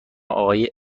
آقای